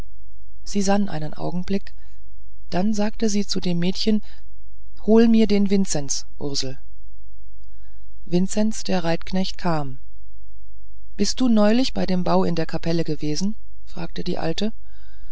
sie sann einen augenblick dann sagte sie zu dem mädchen hol mir den vinzenz ursel vinzenz der reitknecht kam bist du neulich bei dem bau in der kapelle gewesen fragte die alte